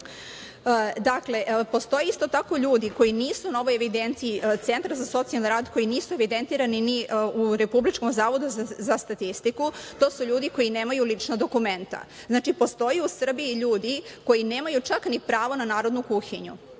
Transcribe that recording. postoje isto tako ljudi koji nisu na ovoj evidenciji Centra za socijalni radi, koji nisu evidentirani ni u Republičkom zavodu za statistiku, to su ljudi koji nemaju lična dokumenta. Znači, postoje u Srbiji ljudi koji nemaju čak ni pravo na narodnu kuhinju